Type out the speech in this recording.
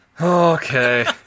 Okay